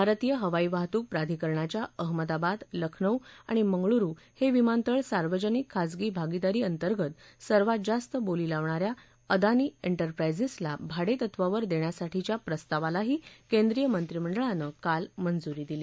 भारतीय हवाई वाहतूक प्राधिकरणाच्या अहमदाबाद लखनौ आणि मंगळुरु हे विमानतळ सार्वजनिक खाजगी भागीदारीअंतर्गत सर्वात जास्त बोली लावणाऱ्या अदानी इंडिप्राइजेसला भाडेतत्वावर देण्यासाठीच्या प्रस्तावालाही केंद्रीय मंत्रिमंडळानं काल मंजुरी दिली